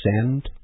send